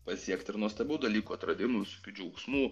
pasiekt ir nuostabių dalykų atradimus džiaugsmų